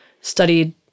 studied